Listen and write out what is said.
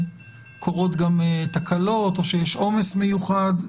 קורות גם תקלות או שיש עומס מיוחד.